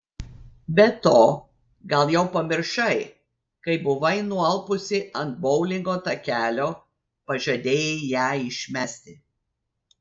be to gal jau pamiršai kai buvai nualpusi ant boulingo takelio pažadėjai ją išmesti